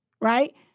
right